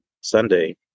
Sunday